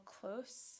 close